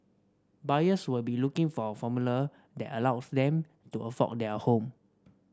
buyers will be looking for a formula that allows them to afford their home